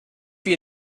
you